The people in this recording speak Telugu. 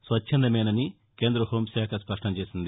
స్వచ్చందమేనని కేంద్ర పోంశాఖ స్పష్టం చేసింది